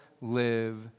live